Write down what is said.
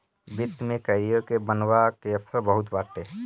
वित्त में करियर के बनवला के अवसर बहुते बाटे